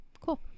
cool